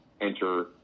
enter